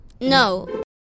no